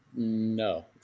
No